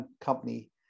company